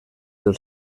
del